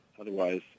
Otherwise